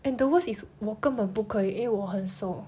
and the worst is 我根本不可以因为我很瘦